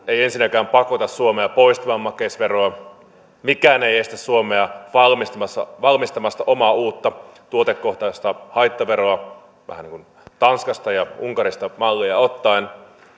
ei ensinnäkään pakota suomea poistamaan makeisveroa mikään ei ei estä suomea valmistelemasta omaa uutta tuotekohtaista haittaveroa vähän niin kuin tanskasta ja unkarista mallia ottaen